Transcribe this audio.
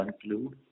conclude